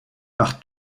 par